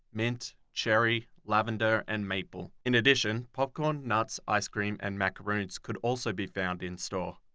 mint, cherry, lavender and maple. in addition, popcorn, nuts, ice cream and macaroons could also be found in store.